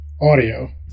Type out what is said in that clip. audio